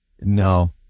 No